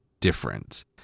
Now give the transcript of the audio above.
different